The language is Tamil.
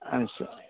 ஆ சரி